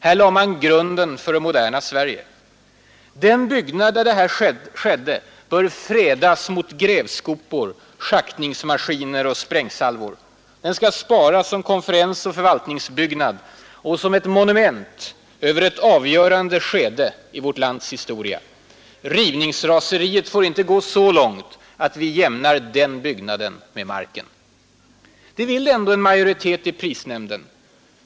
Här lade man grunden för det moderna Sverige. Den byggnad där detta skedde bör fredas mot grävskopor, schaktningsmaskiner och sprängsalvor Den skall sparas som konferensoch förvaltningsbyggnad och som ett monument över ett avgörande skede i vårt lands historia. Rivningsraseriet får inte gå så långt att vi jämnar den byggnaden med marken. Det vill ändå en majoritet i prisnämnden göra.